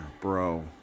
bro